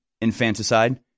infanticide